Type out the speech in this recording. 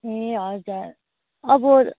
ए हजुर अब